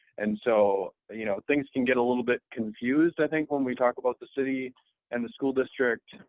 and so you know things can get a little bit confused, i think, when we talk about the city and the school district,